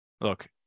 look